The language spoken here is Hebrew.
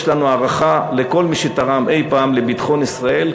יש לנו הערכה לכל מי שתרם אי-פעם לביטחון ישראל,